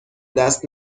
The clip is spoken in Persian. دست